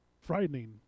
Frightening